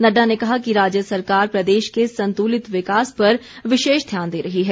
नड्डा ने कहा कि राज्य सरकार प्रदेश के संतुलित विकास पर विशेष ध्यान दे रही है